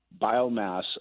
biomass